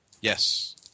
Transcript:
Yes